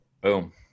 Boom